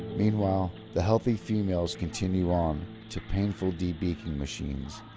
meanwhile, the healthy females continue on to painful debeaking machines.